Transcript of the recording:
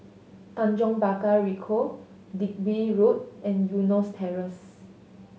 Tanjong Pagar Ricoh Digby Road and Eunos Terrace